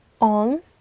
on